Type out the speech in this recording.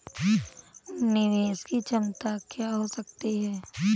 निवेश की क्षमता क्या हो सकती है?